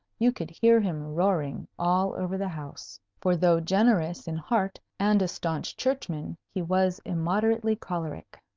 you could hear him roaring all over the house for, though generous in heart and a staunch churchman, he was immoderately choleric.